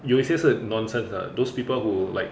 有一些是 nonsense 的 those people who like